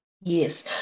Yes